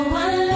one